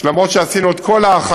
שלמרות כל ההכנות